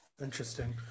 interesting